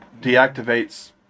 deactivates